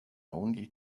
only